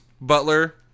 Butler